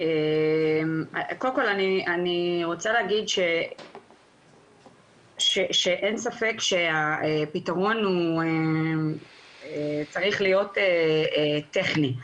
קודם כל אני רוצה להגיד שאין ספק שהפתרון צריך להיות טכני.